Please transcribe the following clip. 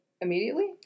Immediately